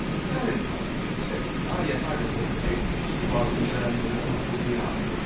farintosh, said he. ah yes, i recall the case it was concerned with an opal tiara.